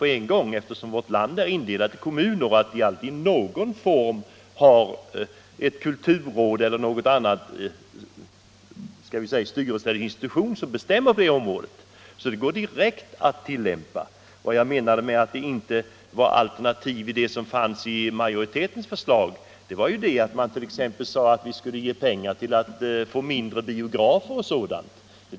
Landet är ju indelat i kommuner, där det alltid i någon form finns ett organ som handlägger kulturfrågorna, ett kulturråd eller någon annan styrelse eller institution. Detta system kan alltså tillämpas direkt. Vad jag tänkte på när jag sade att majoritetens förslag inte innehåller något alternativ var att man där bl.a. uttalat att medel skulle anslås för att få till stånd mindre biografer osv.